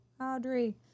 Audrey